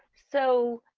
so.